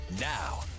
now